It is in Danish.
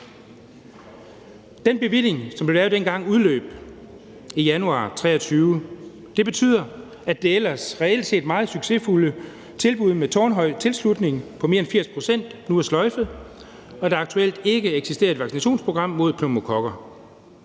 Den bevilling, som vi lavede dengang, udløb i januar 2023, og det betyder, at det ellers reelt set meget succesfulde tilbud med en tårnhøj tilslutning på mere end 80 pct. nu er sløjfet, og at der aktuelt ikke eksisterer et vaccinationsprogram mod pneumokokker.